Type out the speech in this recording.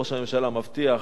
ראש הממשלה מבטיח